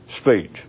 speech